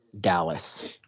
Dallas